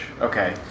okay